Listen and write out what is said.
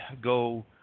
go